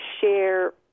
share